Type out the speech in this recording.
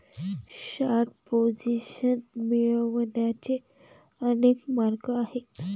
short position मिळवण्याचे अनेक मार्ग आहेत